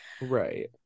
right